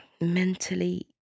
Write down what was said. mentally